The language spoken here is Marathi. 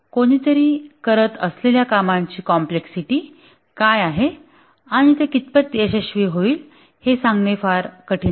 कोणीतरी करत असलेल्या कामाची कॉम्प्लेक्सिटी काय आहे आणि तो कितपत यशस्वी होईल हे सांगणे फार कठीण आहे